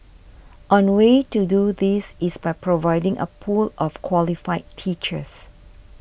on way to do this is by providing a pool of qualified teachers